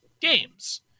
games